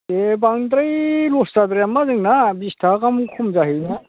दे बांद्राय लस जाद्राया होनबा जोंना बिस थाखा गाहाम खम जाहैबा